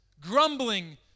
grumbling